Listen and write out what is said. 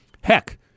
Heck